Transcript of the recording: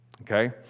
Okay